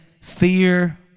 fear